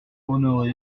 honoré